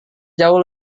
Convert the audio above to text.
jauh